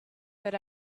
that